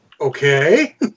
Okay